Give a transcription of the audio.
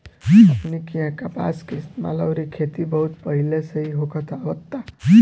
हमनी किहा कपास के इस्तेमाल अउरी खेती बहुत पहिले से ही होखत आवता